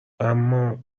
اما